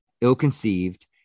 ill-conceived